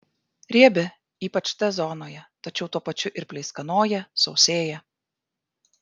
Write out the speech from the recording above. riebi ypač t zonoje tačiau tuo pačiu ir pleiskanoja sausėja